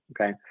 okay